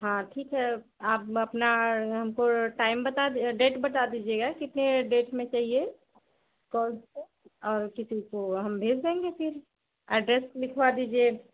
हाँ ठीक है आप अपना हमको टाइम बता दे डेट बता दीजिएगा कितने डेट में चाहिए कौन से और किसी को हम भेज देंगे फ़िर एड्रेस लिखवा दीजिए